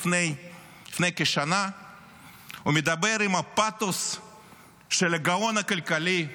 לפני כשנה ודיבר עם הפתוס של הגאון הכלכלי,